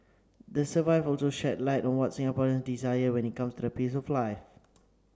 the survival also shed light on what Singaporeans desire when it comes to the pace of life